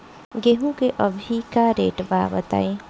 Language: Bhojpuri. गेहूं के अभी का रेट बा बताई?